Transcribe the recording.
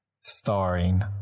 starring